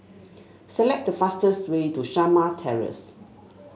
select the fastest way to Shamah Terrace